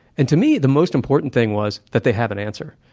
and to me, the most important thing was that they have an answer.